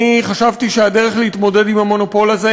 אני חשבתי שהדרך להתמודד עם המונופול הזה